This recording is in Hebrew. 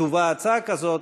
תובא הצעה כזאת,